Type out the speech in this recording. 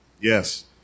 Yes